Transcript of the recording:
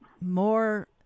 more